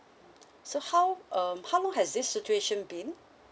so how um how long has this situation been